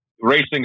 racing